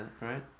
right